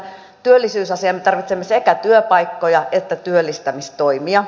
me tarvitsemme sekä työpaikkoja että työllistämistoimia